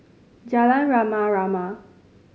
Jalan Rama Rama